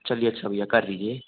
चलिए अच्छा भैया कर लीजिए